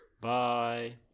bye